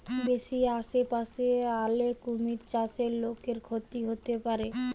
বেশি আশেপাশে আলে কুমির চাষে লোকর ক্ষতি হতে পারে